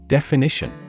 Definition